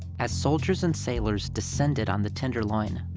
as soldiers and sailors descended on the tenderloin,